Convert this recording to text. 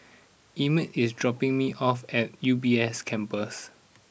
Emett is dropping me off at U B S Campus